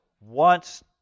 wants